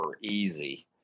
easy